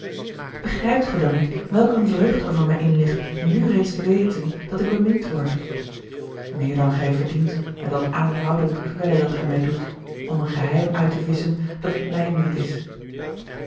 begrijpt gij dan niet welk eene vreugde er voor mij in ligt nù reeds te weten dat ik bemind worde meer dan gij verdient met dat aanhoudend kwellen dat gij mij doet om een geheim uit te visschen dat het mijne niet is